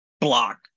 block